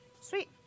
Sweet